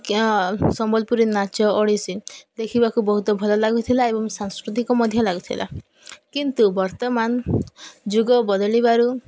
ସମ୍ବଲପୁରୀ ନାଚ ଓଡ଼ିଶୀ ଦେଖିବାକୁ ବହୁତ ଭଲ ଲାଗୁଥିଲା ଏବଂ ସାଂସ୍କୃତିକ ମଧ୍ୟ ଲାଗୁଥିଲା କିନ୍ତୁ ବର୍ତ୍ତମାନ ଯୁଗ ବଦଲିବାରୁ